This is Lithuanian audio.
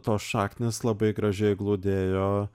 tos šaknys labai gražiai glūdėjo